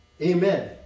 Amen